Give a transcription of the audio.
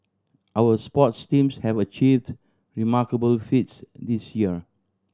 our sports teams have achieved remarkable feats this year